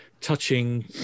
touching